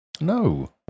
No